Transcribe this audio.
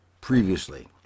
previously